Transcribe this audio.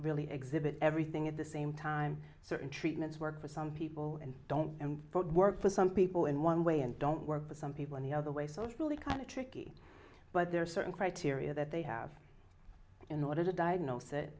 really exhibit everything at the same time certain treatments work for some people and don't work for some people in one way and don't work for some people in the other way so it's really kind of tricky but there are certain criteria that they have in order to diagnose it